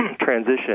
transition